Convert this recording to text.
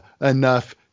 enough